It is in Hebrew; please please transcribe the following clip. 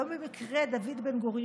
לא במקרה גם דוד בן-גוריון,